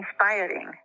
inspiring